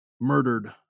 murdered